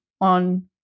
on